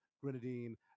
grenadine